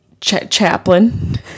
chaplain